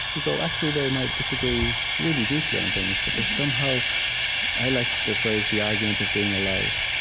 you go, actually, they might disagree really deeply on things, but they're somehow i like the phrase the argument of being alive.